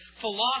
philosophy